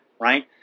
right